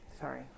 Sorry